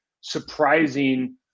surprising